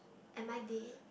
and my day